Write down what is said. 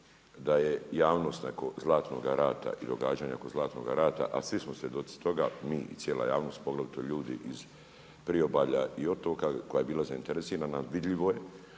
da je javnost onako Zlatnoga rata i događanja oko Zlatnoga rata, a svi smo svjedoci toga, mi cijela javnost, pogotovo ljudi iz priobalja i otoka, koja je bila zainteresirana, vidljivo je